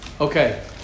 Okay